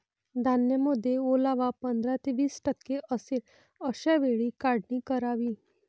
धान्यामध्ये ओलावा पंधरा ते वीस टक्के असेल अशा वेळी काढणी करावी